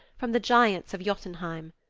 from the giants of jotunheim.